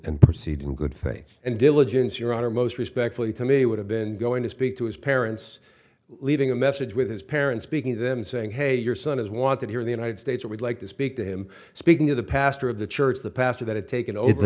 and proceed in good faith and diligence your honor most respectfully to me would have been going to speak to his parents leaving a message with his parents speaking to them saying hey your son is wanted here in the united states or we'd like to speak to him speaking of the pastor of the church the pastor that had taken over